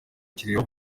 kireba